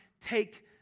take